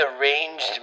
arranged